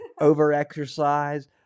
over-exercise